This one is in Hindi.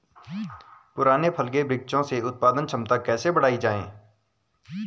पुराने फल के वृक्षों से उत्पादन क्षमता कैसे बढ़ायी जाए?